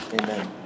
Amen